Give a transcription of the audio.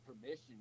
permission